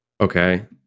Okay